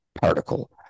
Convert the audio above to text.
particle